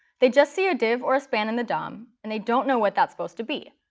they just see a div or a span in the dom, and they don't know what that's supposed to be.